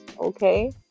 okay